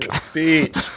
speech